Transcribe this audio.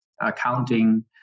accounting